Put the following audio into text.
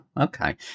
okay